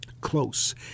close